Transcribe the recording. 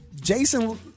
Jason